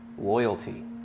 Loyalty